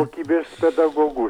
kokybės pedagogu